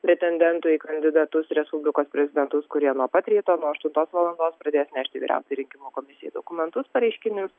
pretendentų į kandidatus respublikos prezidentus kurie nuo pat ryto nuo aštuntos valandos pradės nešti vyriausiai rinkimų komisijai dokumentus pareiškinius